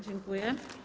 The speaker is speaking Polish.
Dziękuję.